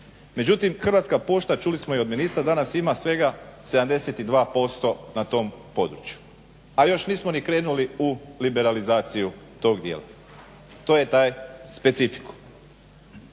Međutim Hrvatska pošta, čuli smo i od ministra danas, ima svega 72% na tom području, a još nismo ni krenuli u liberalizaciju tog dijela. To je taj specifiikum.